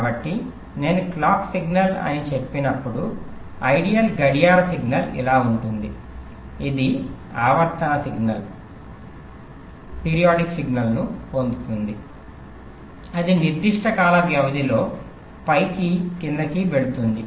కాబట్టి నేను clock signal అని చెప్పినప్పుడు ఐడియల్ గడియార సిగ్నల్ ఇలా ఉంటుంది ఇది ఆవర్తన సిగ్నల్ ను పొందుతుంది అది నిర్దిష్ట కాల వ్యవధిలో పైకి క్రిందికి వెళ్తుంది